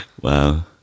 Wow